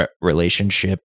relationship